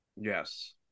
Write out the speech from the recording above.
Yes